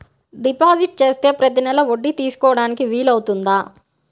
Deposit చేస్తే ప్రతి నెల వడ్డీ తీసుకోవడానికి వీలు అవుతుందా?